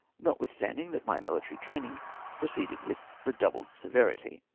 notwithstanding that my mihtary training proceeded with redoubled severity.